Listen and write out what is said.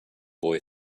boy